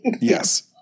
Yes